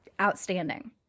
outstanding